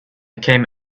came